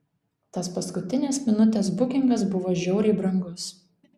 tas paskutinės minutės bukingas buvo žiauriai brangus